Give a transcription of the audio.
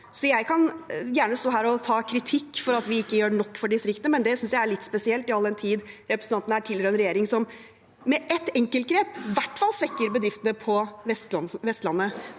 Jeg kan gjerne stå her og ta kritikk for at vi ikke gjør nok for distriktene, men jeg synes det er litt spesielt, all den tid representanten tilhører en regjering som med ett enkeltgrep svekker bedriftene, i hvert